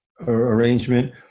arrangement